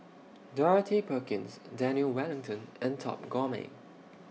Dorothy Perkins Daniel Wellington and Top Gourmet